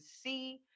see